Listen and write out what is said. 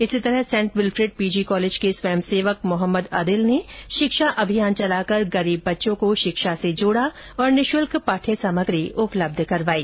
इसी तरह saint Wilfred PG college के स्वयं सेवक मोहम्मद अदिल ने शिक्षा अभियान चलाकर गरीब बच्चों को शिक्षा से जोड़ा और निःशुल्क पाठ्य सामग्री उपलब्ध करवाई